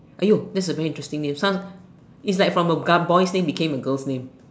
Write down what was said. that's a very interesting name sound it's like from a boy's name become a girl's name